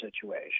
situation